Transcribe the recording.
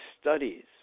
studies